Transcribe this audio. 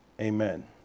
Amen